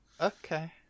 Okay